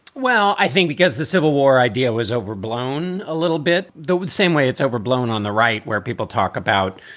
well, i think because the civil war idea was overblown a little bit the same way. it's overblown on the right, where people talk about,